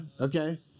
okay